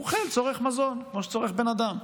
הוא אוכל, צורך מזון כמו שצורך בן אדם.